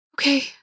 Okay